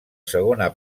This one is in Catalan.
segona